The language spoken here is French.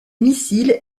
missiles